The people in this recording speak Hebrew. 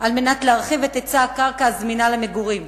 על מנת להרחיב את היצע הקרקע הזמינה למגורים,